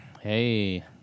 Hey